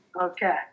Okay